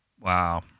Wow